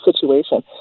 situation